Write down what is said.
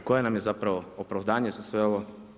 I koje nam je zapravo opravdanje za sve ovo?